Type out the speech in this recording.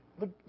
Look